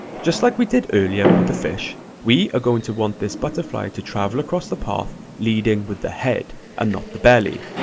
just like we did earlier with the fish, we are going to want this butterfly to travel across the path leading with the head and not the belly.